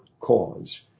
cause